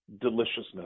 deliciousness